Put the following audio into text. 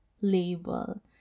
label